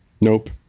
Nope